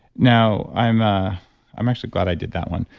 now i'm ah i'm actually glad i did that one.